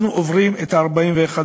אנחנו עוברים את ה-41%,